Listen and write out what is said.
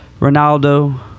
Ronaldo